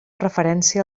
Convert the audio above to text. referència